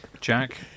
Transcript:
Jack